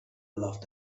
loved